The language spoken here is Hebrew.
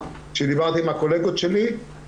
עם תעודה שאחר כך הן יכולות להכנס לכל